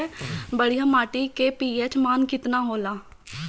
बढ़िया माटी के पी.एच मान केतना होला?